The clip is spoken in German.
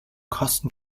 kosten